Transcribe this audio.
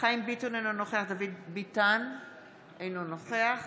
חיים ביטון, אינו נוכח